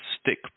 stick